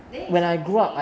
then it's okay